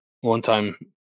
One-time